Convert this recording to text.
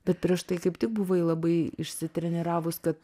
bet prieš tai kaip tik buvai labai išsitreniravus kad